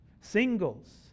Singles